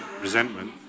resentment